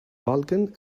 vulkan